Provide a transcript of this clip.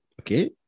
okay